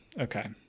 okay